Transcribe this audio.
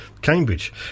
Cambridge